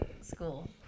school